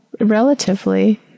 relatively